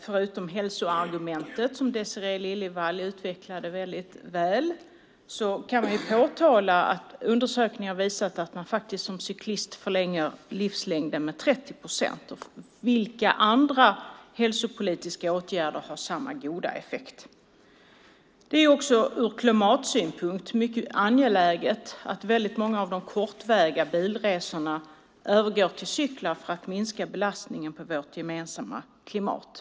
Förutom hälsoargumentet, som Désirée Liljevall utvecklade väldigt väl, kan vi påtala att undersökningar har visat att man som cyklist förlänger livet med 30 procent. Vilka andra hälsopolitiska åtgärder har samma goda effekt? Ur klimatsynpunkt är det angeläget att många av de korta resorna med bil i stället görs med cykel för att minska belastningen på klimatet.